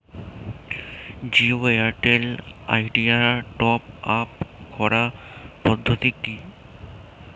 Jio Airtel Idea top up করার পদ্ধতি কি?